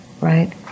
right